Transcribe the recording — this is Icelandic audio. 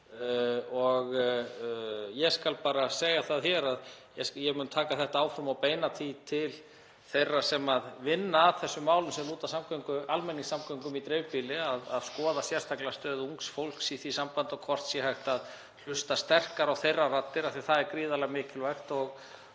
Ég skal bara segja það hér að ég mun taka þetta áfram og beina því til þeirra sem vinna að þessum málum sem lúta að almenningssamgöngum í dreifbýli að skoða sérstaklega stöðu ungs fólks í því sambandi og hvort hægt sé að hlusta betur á þeirra raddir af því að það er gríðarlega mikilvægt og